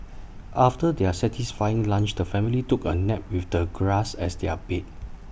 after their satisfying lunch the family took A nap with the grass as their bed